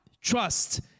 trust